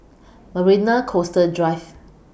Marina Coastal Drive